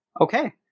Okay